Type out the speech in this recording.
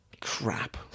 Crap